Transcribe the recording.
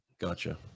gotcha